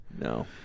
No